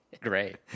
Great